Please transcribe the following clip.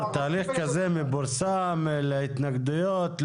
תהליך כזה מפורסם להתנגדויות,